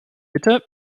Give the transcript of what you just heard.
bitte